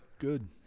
good